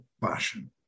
passion